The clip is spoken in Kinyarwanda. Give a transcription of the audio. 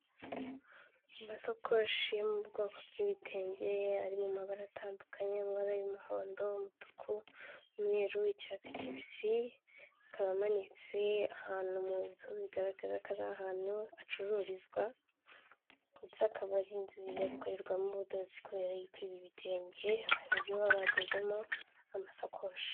Amasakoshi yo mu bwoko bw'ibitenge ari mu mabara atandukanye amabara y'umuhondo, umutuku, n'umweru icyatsi kibisi akaba amanitse ahantu mu nzu bigaragara ko ari ahantu hacururizwa ndetse akaba inzu yaba ikorerwamo ubudozi ikorwa mu bitenge nibyo baba badozemo amasakoshi.